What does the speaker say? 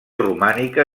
romànica